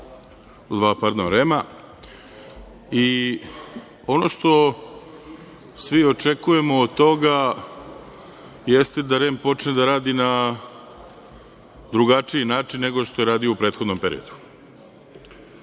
nova člana REM. Ono što svi očekujemo od toga jeste da REM počne da radi na drugačiji način, nego što je radio u prethodnom periodu. Kako